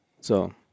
So-